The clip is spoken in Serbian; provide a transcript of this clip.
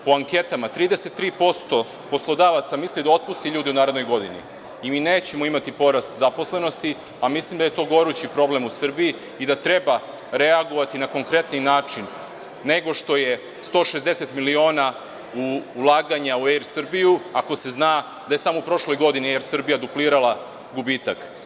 Po anketama, 33% poslodavaca misli da otpusti ljude u narednoj godini i mi nećemo imati porast zaposlenosti, a mislim da je to gorući problem u Srbiji i da treba reagovati na konkretni način nego što je 160 miliona ulaganja u Er Srbiju, ako se zna da je samo u prošloj godini Er Srbija duplirala gubitak.